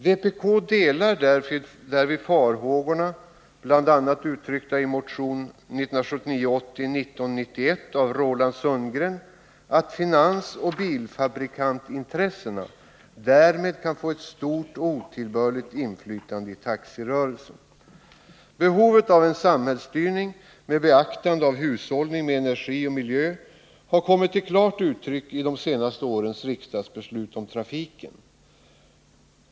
Vpk delar därvid farhågorna, bl.a. uttryckta i motion 1979/80:1991 av Roland Sundgren, att finansoch bilfabrikantintressena därmed kan få ett stort och otillbörligt inflytande i taxirörelsen. Behovet av en samhällsstyrning med beaktande av hushållning med energi och miljö har kommit till klart uttryck i de senaste årens riksdagsbeslut om trafiken.